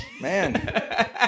Man